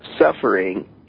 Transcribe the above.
suffering